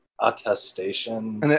attestation